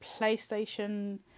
PlayStation